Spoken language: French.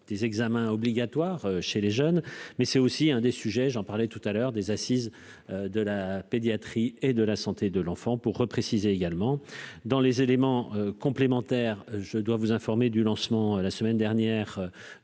des examens obligatoires chez les jeunes, mais c'est aussi un des sujets, j'en parlais tout à l'heure des assises de la pédiatrie et de la santé de l'enfant pour repréciser également dans les éléments complémentaires, je dois vous informer du lancement la semaine dernière.